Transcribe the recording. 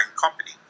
company